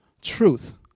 truth